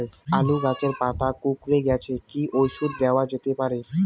আলু গাছের পাতা কুকরে গেছে কি ঔষধ দেওয়া যেতে পারে?